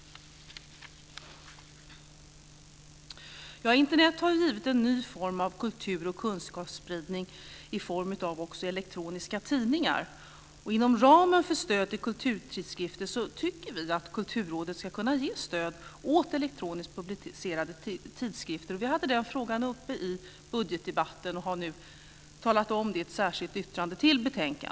Internet har gett en ny form av kultur och kunskapsspridning i form av elektroniska tidningar. Inom ramen för stödet till kulturtidskrifter tycker vi att Kulturrådet ska kunna ge stöd till elektroniskt publicerade tidskrifter. Vi hade denna fråga upp i budgetdebatten och har nu tagit upp detta i ett särskilt yttrande.